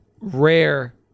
rare